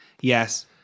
Yes